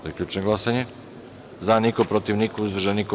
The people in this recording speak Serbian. Zaključujem glasanje: za – niko, protiv – niko, uzdržanih – nema.